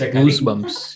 Goosebumps